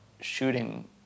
shooting